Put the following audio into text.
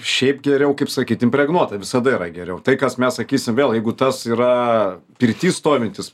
šiaip geriau kaip sakyt impregnuota visada yra geriau tai kas mes sakysim vėl jeigu tas yra pirty stovintis